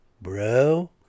bro